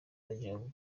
bajyaga